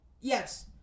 Yes